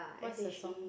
what's the song